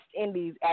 Indies